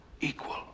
equal